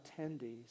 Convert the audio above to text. attendees